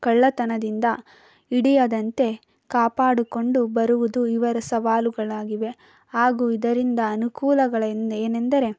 ಕಳ್ಳತನದಿಂದ ಹಿಡಿಯದಂತೆ ಕಾಪಾಡಿಕೊಂಡು ಬರುವುದು ಇವರ ಸವಾಲುಗಳಾಗಿವೆ ಹಾಗೂ ಇದರಿಂದ ಅನುಕೂಲಗಳೇನು ಏನೆಂದರೆ